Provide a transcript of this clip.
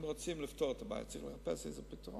אם רוצים לפתור את הבעיה, צריך לחפש איזה פתרון.